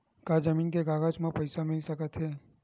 का जमीन के कागज म पईसा मिल सकत हे?